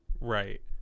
right